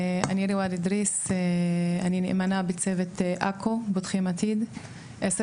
אני ריוואד אדריס ואני נאמנה בצוות עכו בתוכנית "פותחים עתיד" מזה